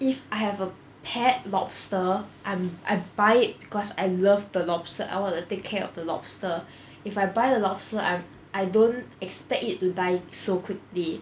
if I have a pet lobster I I buy it because I love the lobster I wanna take care of the lobster if I buy the lobster I I don't expect it to die so quickly